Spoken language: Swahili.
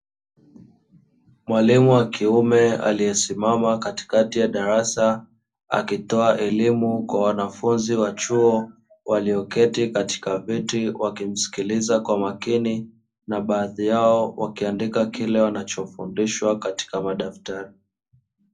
Mwalimu wa kiume aliyesimama katikati ya darasa, akitoa elimu kwa wanafunzi wa chuo walioketi katika viti wakimsikiliza kwa makini, na baadhi yao wakiandika kwa makini kile wanachofundishwa katika madaftari.